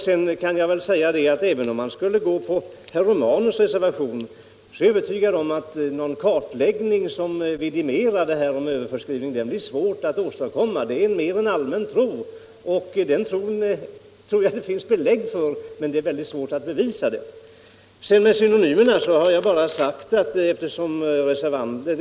Sedan kan jag väl säga att även om kammaren skulle bifalla herr Romanus reservation så är jag övertygad om att en kartläggning som vidimerar överförskrivningen är svår att åstadkomma. Det är mer fråga om en allmän tro som det säkert finns anledning att hysa, men det är väldigt svårt att bevisa någonting. Frågan om synonymerna har tagits upp i reservationen.